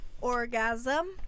Orgasm